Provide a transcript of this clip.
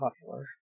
popular